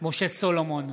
משה סולומון,